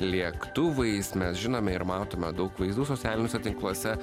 lėktuvais mes žinome ir matome daug vaizdų socialiniuose tinkluose